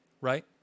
right